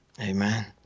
Amen